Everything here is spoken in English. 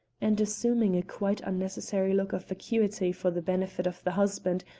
and assuming a quite unnecessary look of vacuity for the benefit of the husband,